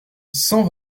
cent